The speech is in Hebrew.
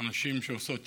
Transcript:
יראה ועבודת